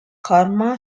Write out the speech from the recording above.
karma